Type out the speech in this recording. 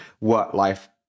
work-life